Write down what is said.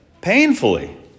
painfully